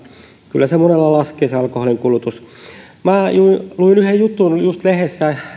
kyllä monella laskee se alkoholin kulutus minä luin yhden jutun just lehdessä